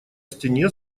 стене